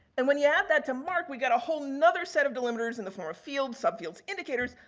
and, when you add that to marc, we get a whole and other set of delimiters in the form fields, subfields, indicators.